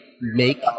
make